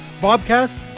bobcast